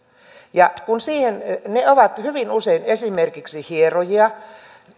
ne ovat hyvin usein esimerkiksi hierojia